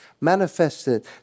manifested